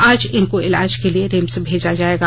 आज इनको इलाज के लिए रिम्स भेजा जायेगा